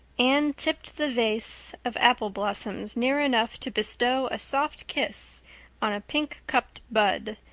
anne tipped the vase of apple blossoms near enough to bestow a soft kiss on a pink-cupped bud,